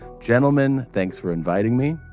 gentlemen, thanks for inviting me.